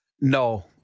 No